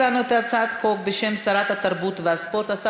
וחוזרת לוועדת הכלכלה,